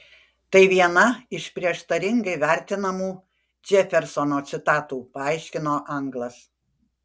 tai viena iš prieštaringai vertinamų džefersono citatų paaiškino anglas